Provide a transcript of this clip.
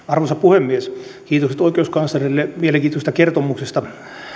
arvoisa puhemies kiitokset oikeuskanslerille mielenkiintoisesta kertomuksesta